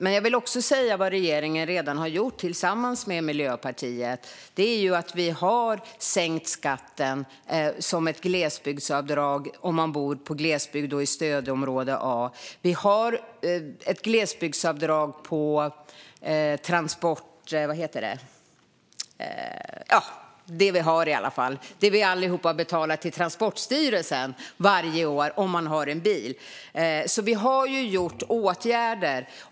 Men jag vill också säga vad regeringen redan har gjort tillsammans med Miljöpartiet. Vi har sänkt skatten som ett glesbygdsavdrag om man bor på glesbygd och i stödområde A. Vi har ett glesbygdsavdrag på det som vi alla som har bil betalar till Transportstyrelsen varje år. Vi har alltså gjort åtgärder.